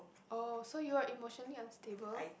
oh so you are emotionally unstable